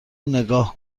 نگاه